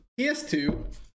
PS2